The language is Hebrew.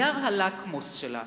נייר הלקמוס שלה,